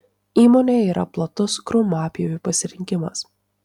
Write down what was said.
įmonėje yra platus krūmapjovių pasirinkimas